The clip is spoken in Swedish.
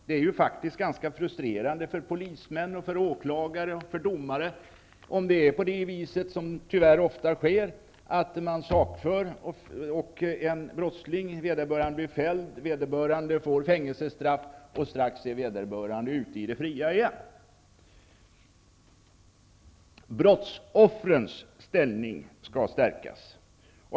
Det är ganska frustrerande för polismän, åklagare och domare när det ofta är så att en brottsling som blir fälld och får fängelsestraff strax är ute i det fria igen. Brottsoffrens ställning skall förstärkas.